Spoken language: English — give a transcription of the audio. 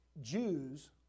Jews